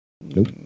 Nope